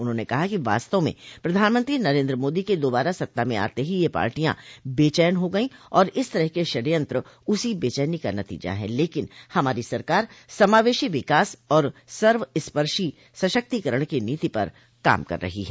उन्होंने कहा कि वास्तव में प्रधानमंत्री नरेन्द्र मोदी के दोबारा सत्ता में आते ही ये पार्टियां बेचैन हो गयी और इस तरह के षड़यंत्र उसी बेचैनी का नतीजा है लेकिन हमारी सरकार समावशी विकास और सर्वस्पर्शी सशक्तिकरण की नीति पर काम कर रही है